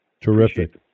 Terrific